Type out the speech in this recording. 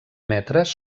metres